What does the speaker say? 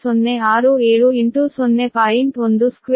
1213 ಆದ್ದರಿಂದ 0